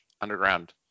underground